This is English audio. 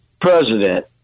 president